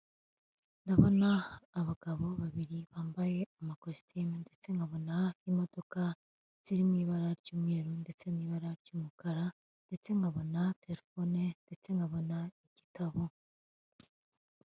Ndabona abagabo babiri bambaye amakositimu ndetse nkabona n'imodoka ziri mu ibara ry'umweru ndetse n'ibara ry'umukara ndetse nkabona telefone ndetse nkabona igitabo.